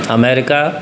America